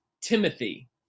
Timothy